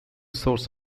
source